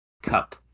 Cup